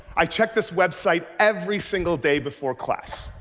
i checked this website every single day before class.